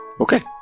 Okay